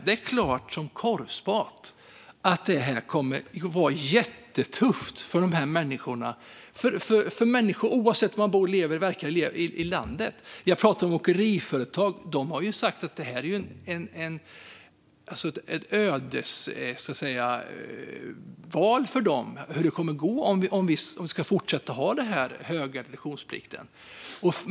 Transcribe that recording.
Det är klart som korvspad att det kommer att vara jättetufft för människor oavsett var de lever, bor och verkar i landet. Jag talar om åkeriföretag. De har sagt att det är ett ödesval för dem. Det handlar om hur det kommer att gå för dem om vi ska fortsätta med den höga reduktionsplikten.